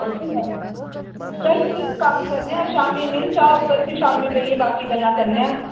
किट्ठे जाना चल फिर इक कम्म करने आं शाम्मीं मिल चाह् उप्पर फ्ही शाम्मीं बेहियै बाकी दियां गल्लां करने आं